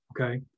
Okay